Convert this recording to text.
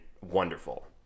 wonderful